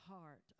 heart